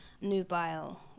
nubile